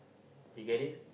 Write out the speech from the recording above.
you get it